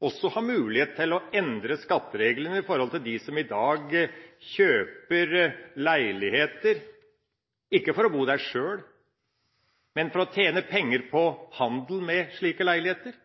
også hatt mulighet til å endre skattereglene når det gjelder dem som i dag kjøper leiligheter, ikke for å bo der sjøl, men for å tjene penger på handel med slike leiligheter.